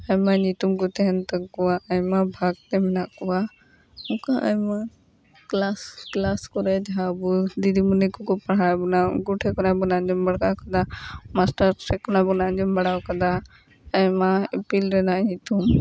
ᱟᱭᱢᱟ ᱧᱩᱛᱩᱢ ᱠᱚ ᱛᱟᱦᱮᱱ ᱛᱟᱠᱚᱣᱟ ᱟᱭᱢᱟ ᱵᱷᱟᱠ ᱛᱮ ᱢᱮᱱᱟᱜ ᱠᱚᱣᱟ ᱚᱱᱠᱟ ᱟᱭᱢᱟ ᱠᱞᱟᱥ ᱠᱞᱟᱥ ᱠᱚᱨᱮ ᱡᱟᱦᱟᱸ ᱟᱵᱚ ᱫᱤᱫᱤ ᱢᱩᱱᱤ ᱠᱚᱠᱚ ᱯᱟᱲᱦᱟᱣ ᱵᱚᱱᱟ ᱩᱱᱠᱩ ᱴᱷᱮᱡ ᱠᱷᱚᱱᱟᱜ ᱵᱚᱱ ᱟᱡᱚᱢ ᱵᱟᱲᱟ ᱟᱠᱟᱫᱟ ᱢᱟᱥᱴᱟᱨ ᱥᱮᱫ ᱠᱷᱚᱱᱟᱜ ᱵᱚᱱ ᱟᱡᱚᱢ ᱵᱟᱲᱟ ᱟᱠᱟᱫᱟ ᱟᱭᱢᱟ ᱤᱯᱤᱞ ᱨᱮᱱᱟᱜ ᱧᱩᱛᱩᱢ